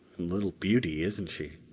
little beauty, isn't she?